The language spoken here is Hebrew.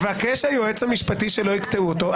מבקש היועץ המשפטי שלא יקטעו אותו.